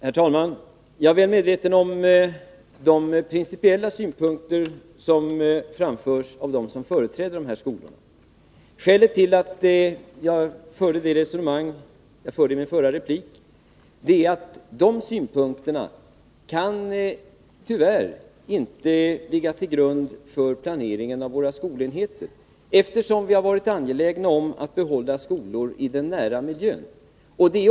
Herr talman! Jag är väl medveten om vilka principiella synpunkter det är som framförs av dem som företräder dessa skolor. Skälet till resonemanget i min förra replik är att dessa synpunkter tyvärr inte kan ligga till grund för planeringen av våra skolenheter, eftersom vi har varit angelägna om att behålla skolor i den nära miljön.